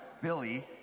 Philly